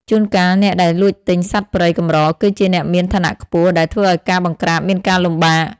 ជួនកាលអ្នកដែលលួចទិញសត្វព្រៃកម្រគឺជាអ្នកមានឋានៈខ្ពស់ ដែលធ្វើឱ្យការបង្ក្រាបមានការលំបាក។